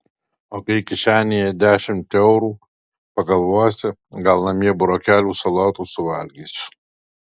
o kai kišenėje dešimt eurų pagalvosi gal namie burokėlių salotų suvalgysiu